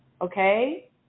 Okay